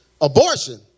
abortion